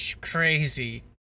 crazy